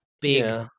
big